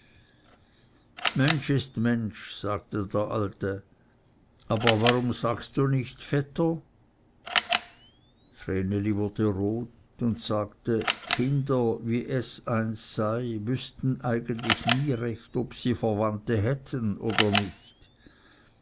mensch ist mensch sagte der alte aber warum sagst du nicht vetter vreneli wurde rot und sagte kinder wie es eins sei wüßten eigentlich nie recht ob sie verwandte hätten oder nicht